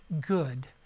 good